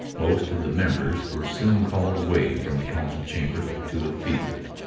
most of the members were soon called away from the council-chamber to the field.